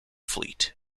fleet